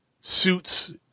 suits